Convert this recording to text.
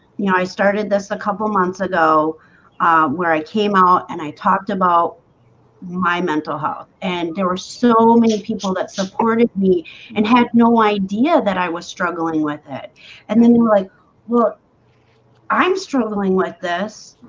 you know, i started this a couple months ago where i came out and i talked about my mental health and there were so many people that supported me and had no idea that i was struggling with it and then then like look i'm struggling with this.